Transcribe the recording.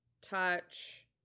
touch